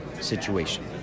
situation